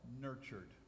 nurtured